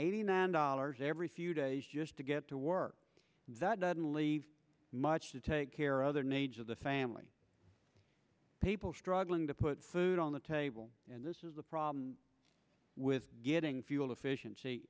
eighty nine dollars every few days just to get to work that doesn't leave much to take care of their needs of the family people struggling to put food on the table and this is the problem with getting fuel efficiency